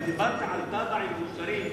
אני דיברתי על תב"עות מאושרות,